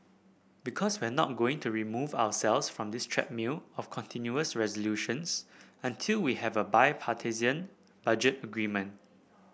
because we're not going to remove ourselves from this treadmill of continuing resolutions until we have a bipartisan budget agreement